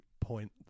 point